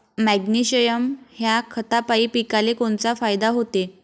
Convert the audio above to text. Magnesium ह्या खतापायी पिकाले कोनचा फायदा होते?